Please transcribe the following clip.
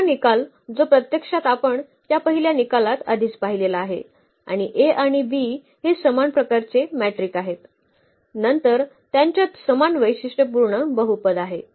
दुसरा निकाल जो प्रत्यक्षात आपण या पहिल्या निकालात आधीच पाहिलेला आहे आणि A आणि B हे समान प्रकारचे मॅट्रिक आहेत नंतर त्यांच्यात समान वैशिष्ट्यपूर्ण बहुपद आहे